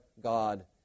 God